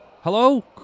Hello